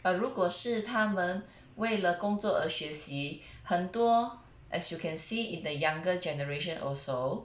but 如果是他们为了工作学习很多 as you can see in the younger generation also